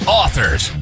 authors